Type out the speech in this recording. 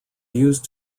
used